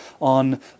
on